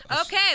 okay